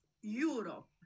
Europe